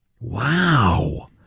Wow